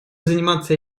заниматься